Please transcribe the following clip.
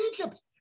Egypt